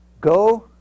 go